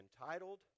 entitled